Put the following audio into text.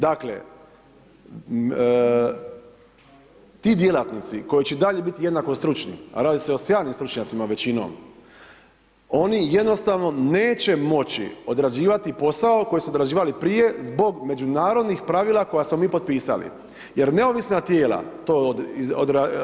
Dakle, ti djelatnici koji će i dalje biti jednako stručni, a radi se o sjajnim stručnjacima većinom, oni jednostavno neće moći odrađivati posao koji su odrađivali prije zbog međunarodnih pravila koja smo mi potpisali jer neovisna tijela to izrađuju.